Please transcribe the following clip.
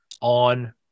on